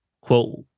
quote